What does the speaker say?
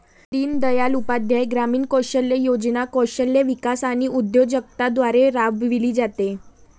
दीनदयाळ उपाध्याय ग्रामीण कौशल्य योजना कौशल्य विकास आणि उद्योजकता द्वारे राबविली जाते